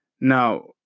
Now